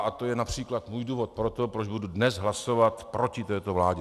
A to je například můj důvod pro to, proč budu dnes hlasovat proti této vládě.